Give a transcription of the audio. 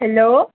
hello